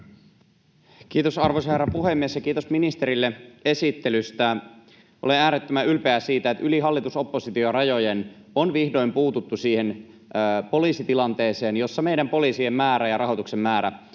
Kiitos, arvoisa herra puhemies! Ja kiitos ministerille esittelystä. Olen äärettömän ylpeä siitä, että yli hallitus-oppositiorajojen on vihdoin puututtu siihen poliisitilanteeseen, jossa meidän poliisien määrä ja rahoituksen määrä